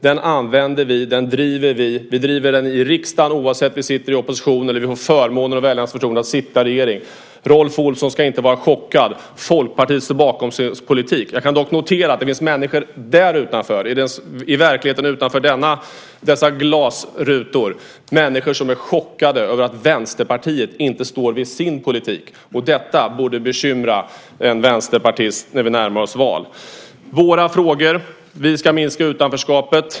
Den använder vi, den driver vi, och vi bedriver den i riksdagen oavsett om vi sitter i opposition eller om vi får förmånen att få väljarnas förtroende att sitta i regering. Rolf Olsson ska inte vara chockad: Folkpartiet står bakom sin politik. Jag kan dock notera att det finns människor i verkligheten utanför dessa glasrutor som är chockade över att Vänsterpartiet inte står vid sin politik. Detta borde bekymra en vänsterpartist när vi närmar oss val. Vi ska minska utanförskapet.